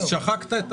אז הסכום נשחק.